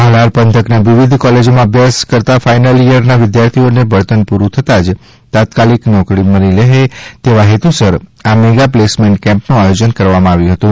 હાલાર પંથકના વિવિધ કોલેજમાં અભ્યાસ કરતાં ફાઇનલ યરના વિદ્યાર્થીઓને ભણતર પૂરું થતાં જ તાત્કાલિક નોકરી મળી રહે તેવા હેતુસર આ મેગા પ્લેસમેન્ટ કેમ્પનું આયોજન કરવામાં આવ્યું હતું